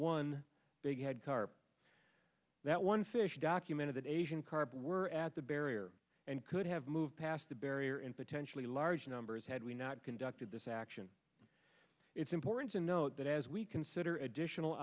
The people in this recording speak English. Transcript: one big bad car that one fish documented in asian carp were at the barrier and could have moved past the barrier in potentially large numbers had we not conducted this action it's important to note that as we consider additional